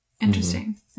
Interesting